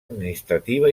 administrativa